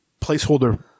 placeholder